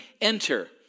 enter